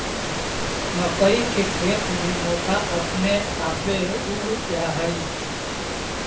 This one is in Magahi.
मक्कइ के खेत में मोथा अपने आपे उग जा हई